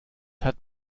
hat